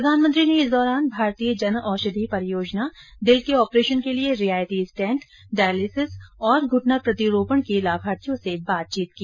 प्रधानमंत्री ने इस दौरान भारतीय जन औषधि परियोजना दिल के ऑपरेशन के लिये रियायती स्टेंट डायलिसिस और घुटना प्रतिरोपण के लाभार्थियों से बातचीत की